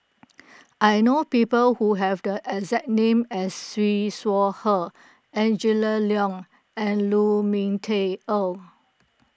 I know people who have the exact name as Siew Shaw Her Angela Liong and Lu Ming Teh Earl